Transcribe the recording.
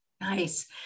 Nice